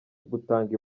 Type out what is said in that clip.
butanga